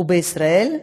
ובישראל,